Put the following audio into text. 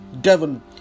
Devon